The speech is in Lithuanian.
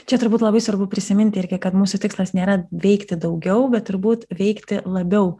čia turbūt labai svarbu prisiminti irgi kad mūsų tikslas nėra veikti daugiau bet turbūt veikti labiau